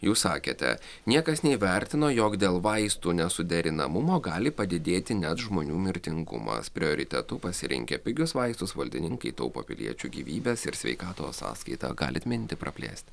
jūs sakėte niekas neįvertino jog dėl vaistų nesuderinamumo gali padidėti net žmonių mirtingumas prioritetu pasirinkę pigius vaistus valdininkai taupo piliečių gyvybes ir sveikatos sąskaita galit mintį praplėst